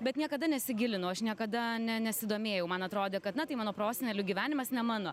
bet niekada nesigilinau aš niekada ne nesidomėjau man atrodė kad na tai mano prosenelių gyvenimas ne mano